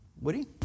Woody